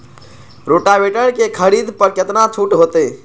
Rotavator के खरीद पर केतना छूट होते?